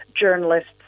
journalists